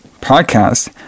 podcast